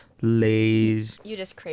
Lays